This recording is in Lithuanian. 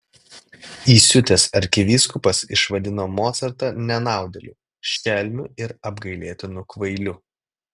įsiutęs arkivyskupas išvadino mocartą nenaudėliu šelmiu ir apgailėtinu kvailiu